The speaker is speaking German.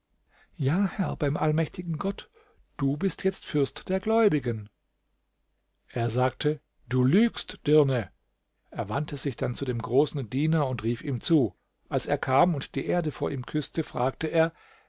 ja herr beim allmächtigen gott du bist jetzt fürst der gläubigen er sagte du lügst dirne er wandte sich dann zu dem großen diener und rief ihm zu als er kam und die erde vor ihm küßte fragte er